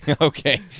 okay